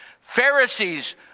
Pharisees